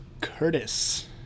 curtis